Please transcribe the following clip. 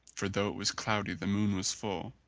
for though it was cloudy the moon was full,